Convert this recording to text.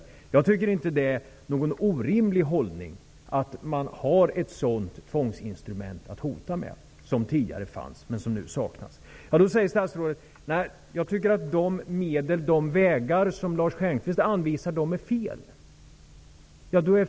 Jag tycker inte att det är någon orimlig hållning att man har ett sådant tvångsinstrument att hota med. Ett sådant tvångsinstrument fanns också tidigare, men det saknas nu. Statsrådet säger då att han tycker att de vägar som jag anvisar är fel.